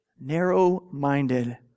narrow-minded